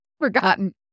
forgotten